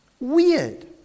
Weird